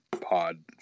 Pod